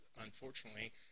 unfortunately –